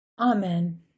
Amen